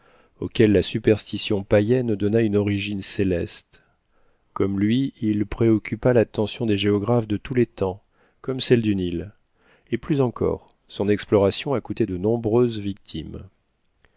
auquel la superstition païenne donna une origine céleste comme lui il préoccupa lattention des géographes de tous les temps comme celle du nil et plus encore son exploration a coûté de nombreuses victimes